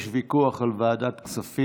יש ויכוח על ועדת הכספים,